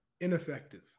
Ineffective